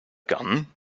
gun